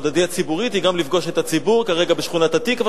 עבודתי הציבורית היא גם לפגוש את הציבור כרגע בשכונת התקווה,